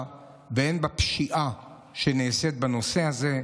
והן לגבי הפשיעה שנעשית בנושא הזה.